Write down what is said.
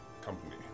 company